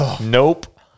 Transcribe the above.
nope